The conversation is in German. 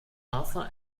arthur